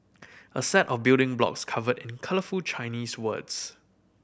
a set of building blocks covered in colourful Chinese words